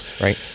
right